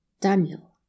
Daniel